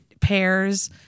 pairs